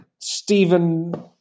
Stephen